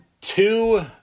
two